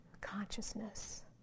consciousness